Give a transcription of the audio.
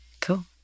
cool